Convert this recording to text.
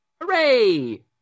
Hooray